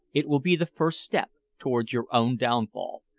it will be the first step towards your own downfall.